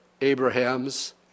Abraham's